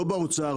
לא באוצר,